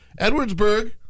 edwardsburg